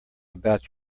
about